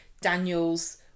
Daniel's